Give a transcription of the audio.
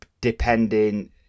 depending